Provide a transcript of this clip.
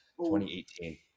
2018